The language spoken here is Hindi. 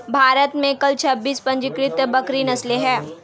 भारत में कुल छब्बीस पंजीकृत बकरी नस्लें हैं